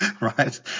Right